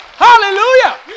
Hallelujah